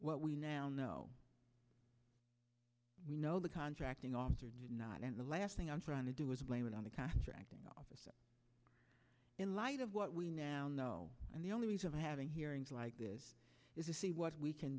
what we now know we know the contracting officer did not and the last thing i'm trying to do is blame it on the contracting officer in light of what we now know and the only reason for having hearings like this is a see what we can